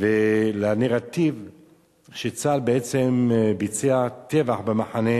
והנרטיב שצה"ל בעצם ביצע טבח במחנה,